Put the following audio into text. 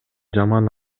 жаман